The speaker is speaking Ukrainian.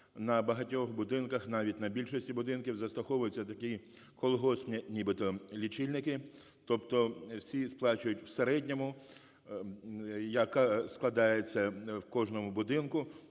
На багатьох будинках, навіть на більшості будинків застосовуються такі колгоспні нібито лічильники, тобто всі сплачують в середньому, яка складається в кожному будинку.